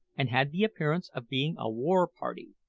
and had the appearance of being a war-party.